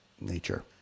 nature